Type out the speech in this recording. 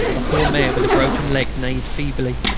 a poor mare with a broken leg neighed feebly,